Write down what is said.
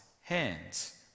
hands